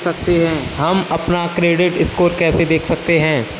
हम अपना credit score कैसे देख सकते हैं?